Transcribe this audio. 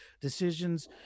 Decisions